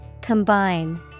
Combine